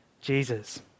Jesus